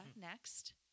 next